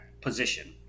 position